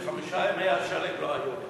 בחמשת ימי השלג לא היו לי.